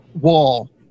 wall